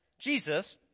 Jesus